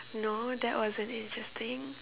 no that wasn't interesting